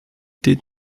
did